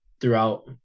throughout –